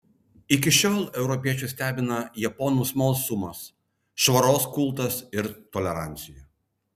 iki šiol europiečius stebina japonų smalsumas švaros kultas ir tolerancija